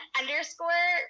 underscore